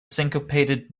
syncopated